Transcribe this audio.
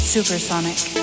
Supersonic